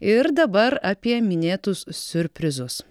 ir dabar apie minėtus siurprizus